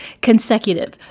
consecutive